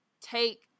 take